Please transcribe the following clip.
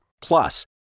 Plus